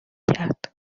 کرد